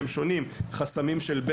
יש גם הרבה חסמים שהם שונים: חסמים של בדואים